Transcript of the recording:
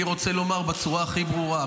אני רוצה לומר בצורה הכי ברורה,